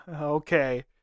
okay